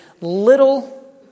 little